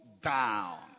down